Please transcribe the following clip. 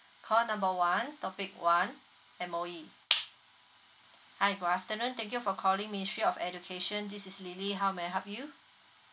call number one topic one M_O_E hi good afternoon thank you for calling ministry of education this is lily how may I help you